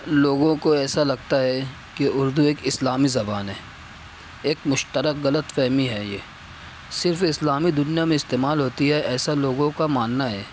لوگوں کو ایسا لگتا ہے کہ اردو ایک اسلامی زبان ہے ایک مشترک غلط فہمی ہے یہ صرف اسلامی دنیا میں استعمال ہوتی ہے ایسا لوگوں کا ماننا ہے